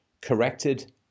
corrected